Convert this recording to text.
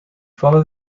follow